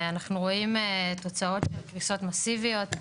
אנחנו רואים תוצאות של קריסות מאסיביות,